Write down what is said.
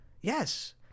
Yes